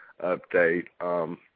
update